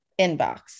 inbox